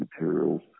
materials